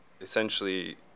essentially